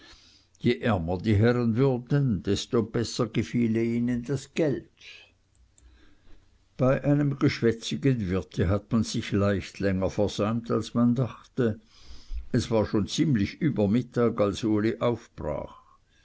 die herren würden desto besser gefiele ihnen das geld bei einem geschwätzigen wirte hat man sich leicht länger versäumt als man dachte es war schon ziemlich über mittag als uli aufbrach